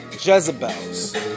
Jezebels